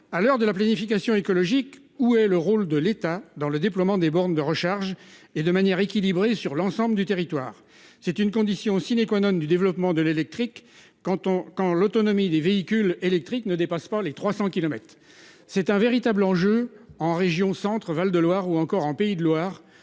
À l'heure de la planification écologique. Où est le rôle de l'État dans le déploiement des bornes de recharge et de manière équilibrée sur l'ensemble du territoire. C'est une condition sine économe du développement de l'électrique quand on quand l'autonomie des véhicules électriques ne dépasse pas les 300 kilomètres. C'est un véritable enjeu en région Centre Val de Loire ou encore en Pays de Loire